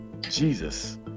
Jesus